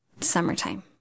summertime